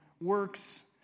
works